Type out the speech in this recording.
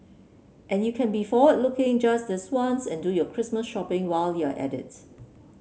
and you can be forward looking just this once and do your Christmas shopping while you're at it